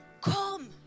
Come